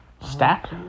stack